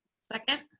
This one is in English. second.